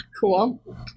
Cool